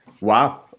Wow